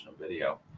video